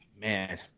Man